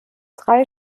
drei